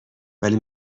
ولی